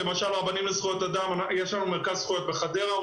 למשל לרבנים לזכויות אדם יש מרכז זכויות בחדרה.